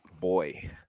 boy